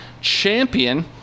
champion